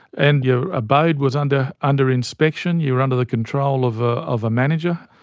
and your abode was under under inspection, you were under the control of ah of a manager.